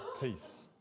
peace